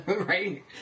Right